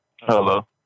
Hello